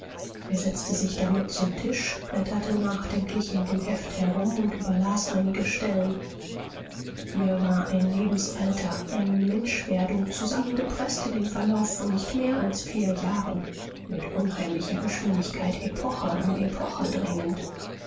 er setzte sich damit zum tisch blätterte nachdenklich in dem heft herum und überlas einige stellen hier war ein lebensalter eine menschwerdung zusammengepreßt in den verlauf von nicht mehr als vier jahren mit unheimlicher geschwindigkeit epoche an epoche drängend